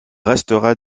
restera